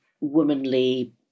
womanly